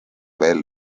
veel